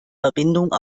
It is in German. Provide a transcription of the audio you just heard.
verbindung